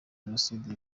jenoside